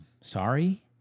sorry